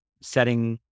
setting